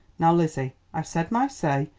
now, lizzie, i've said my say,